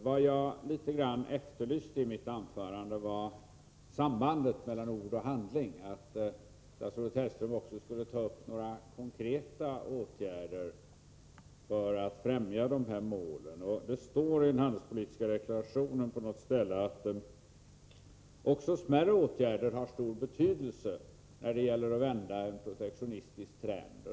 Vad jag litet grand efterlyste var sambandet mellan ord och handling, och att statsrådet Hellström alltså skulle ta upp några konkreta åtgärder för att främja de uppsatta målen. Det står i den handelspolitiska deklarationen att också smärre åtgärder har stor betydelse när det gäller att vända en protektionistisk trend.